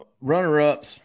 runner-ups